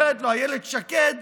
אומרת לו אילת שקד: